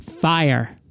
FIRE